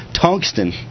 tungsten